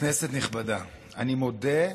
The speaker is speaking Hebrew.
כנסת נכבדה, אני מודה,